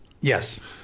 Yes